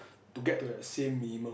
to get to the same minimum